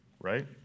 Right